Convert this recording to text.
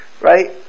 right